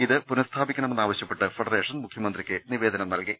ഇത് പുനസ്ഥാപിക്കണമെന്ന് ആവശ്യപ്പെട്ട് ഫെഡ റേഷൻ മുഖ്യമന്ത്രിക്ക് നിവേദനം നൽകി